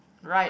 write